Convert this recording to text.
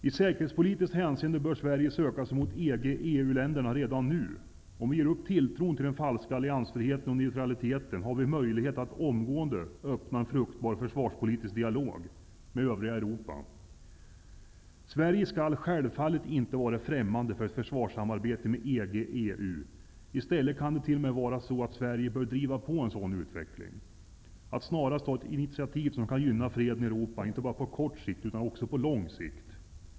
I säkerhetspolitiskt hänseende bör Sverige söka sig mot EG EU. I stället kan det t.o.m. vara så att Sverige bör driva på en sådan utveckling - att snarast ta ett initiativ som kan gynna freden i Europa, inte bara på kort sikt utan också på lång sikt.